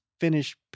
finish